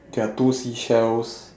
there are two seashells